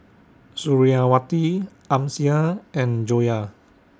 Suriawati Amsyar and Joyah